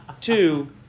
Two